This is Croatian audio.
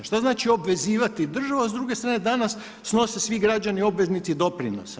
Što znači obvezivati državu a s druge strane danas snose svi građani obveznici doprinosa.